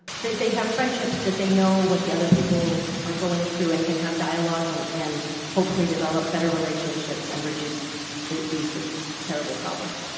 they they have friendships that they know what the other people are going through and can have dialogs and and hopefully develop better relationships and reduce these terrible problems.